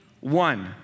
one